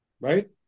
right